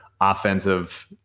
offensive